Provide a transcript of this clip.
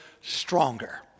stronger